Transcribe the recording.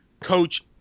coach